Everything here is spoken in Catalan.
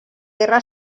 guerra